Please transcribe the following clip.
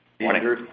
morning